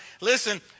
listen